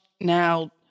now